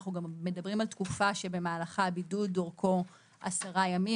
אנחנו גם מדברים על תקופה שבמהלכה הבידוד אורכו עשרה ימים,